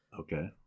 okay